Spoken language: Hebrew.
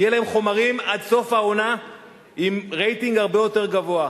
יהיו להם חומרים עד סוף העונה עם רייטינג הרבה יותר גבוה.